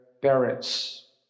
parents